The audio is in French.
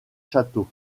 châteaux